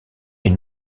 est